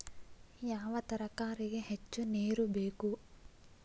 ಯಾವ ತರಕಾರಿಗೆ ಹೆಚ್ಚು ನೇರು ಬೇಕು?